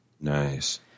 Nice